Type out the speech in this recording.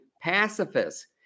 pacifists